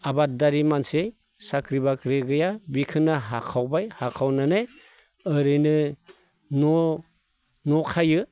आबादारि मानसि साख्रि बाख्रि गैया बेखौनो हाखावबाय हाखावनानै ओरैनो न' न' खायो